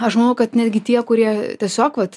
aš manau kad netgi tie kurie tiesiog vat